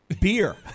Beer